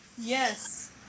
Yes